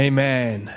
Amen